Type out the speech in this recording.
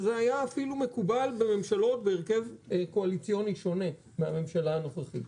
זה היה מקובל אפילו בממשלות בהרכב קואליציוני מהממשלה הנוכחית.